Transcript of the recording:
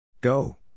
Go